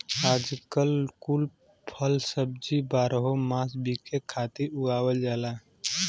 आजकल कुल फल सब्जी बारहो मास बिके खातिर उगावल जाला